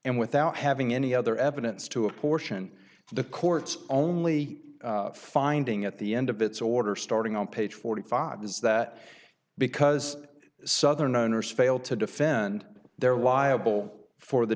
and without having any other evidence to apportion the court's only finding at the end of its order starting on page forty five dollars is that because southerners failed to defend their liable for the